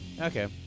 Okay